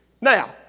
Now